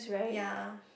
ya